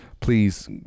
Please